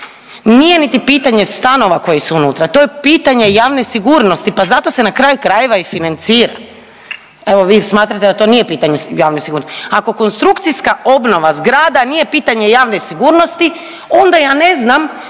nije niti pitanje stanova koji su unutra, to je pitanje javne sigurnosti pa zato se na kraju krajeva i financira. Evo vi smatrate da to nije pitanje javne sigurnosti. Ako konstrukcija obnova zgrada nije pitanje javne sigurnosti onda ja ne znam